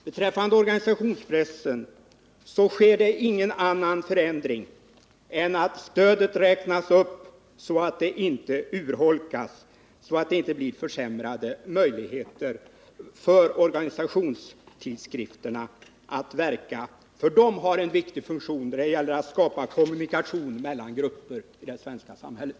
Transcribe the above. Beträffande organisationspressen sker det ingen annan förändring än att stödet räknas upp, så att det inte urholkas och så att organisationstidskrifterna inte får försämrade möjligheter att verka. Dessa tidningar har en viktig funktion när det gäller att skapa kommunikation mellan och inom grupper i det svenska samhället.